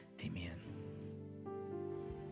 Amen